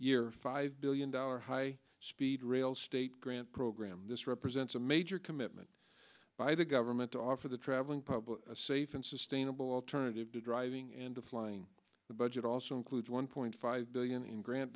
year five billion dollars high speed rail state grant program this represents a major commitment by the government to offer the traveling public a safe and sustainable alternative to driving and flying the budget also includes one point five